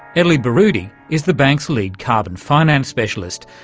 elly baroudy is the bank's lead carbon finance specialist,